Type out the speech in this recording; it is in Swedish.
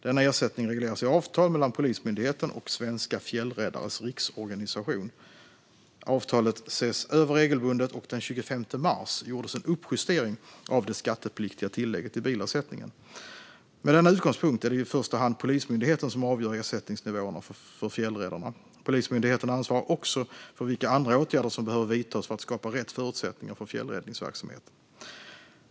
Denna ersättning regleras i avtal mellan Polismyndigheten och Svenska Fjällräddares Riksorganisation. Avtalet ses över regelbundet, och den 25 mars gjordes en uppjustering av det skattepliktiga tillägget i bilersättningen. Med denna utgångspunkt är det i första hand Polismyndigheten som avgör ersättningsnivåerna för fjällräddarna. Polismyndigheten ansvarar också för vilka andra åtgärder som behöver vidtas för att skapa rätt förutsättningar för fjällräddningsverksamheten.